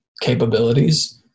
capabilities